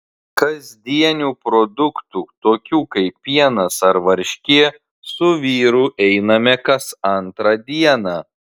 kasdienių produktų tokių kaip pienas ar varškė su vyru einame kas antrą dieną